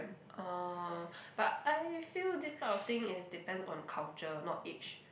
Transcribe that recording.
oh but I feel this type of thing is depend on culture not age